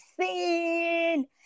sin